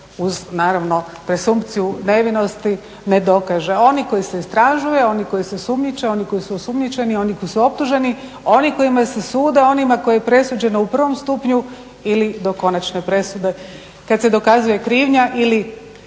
uz naravno presumpciju nevinosti ne dokaže. Oni koji se istražuju, oni koji se sumnjiče, oni koji su osumnjičeni, oni koji su optuženi, oni kojima se sudi, oni kojima je presuđeno u prvom stupnju ili do konačne presude kada se dokazuje krivnja ili